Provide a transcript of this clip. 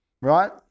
right